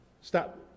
Stop